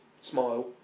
smile